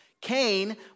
Cain